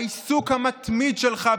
העיסוק המתמיד שלך,